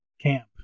camp